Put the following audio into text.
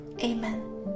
Amen